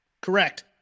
Correct